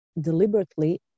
deliberately